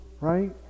right